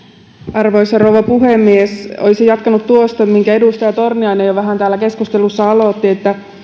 arvoisa rouva puhemies olisin jatkanut tuosta minkä edustaja torniainen jo vähän täällä keskustelussa aloitti eli